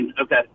Okay